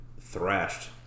thrashed